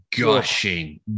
gushing